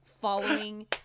following